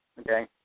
Okay